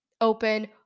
open